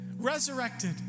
resurrected